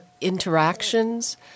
interactions